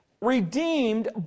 redeemed